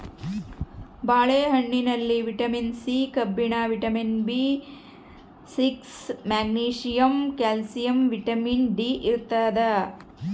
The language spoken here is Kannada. ಬಾಳೆ ಹಣ್ಣಿನಲ್ಲಿ ವಿಟಮಿನ್ ಸಿ ಕಬ್ಬಿಣ vitamin B six magnesium calcium vitamin D ಇರ್ತಾದ